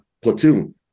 platoon